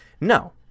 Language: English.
no